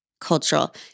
cultural